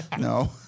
No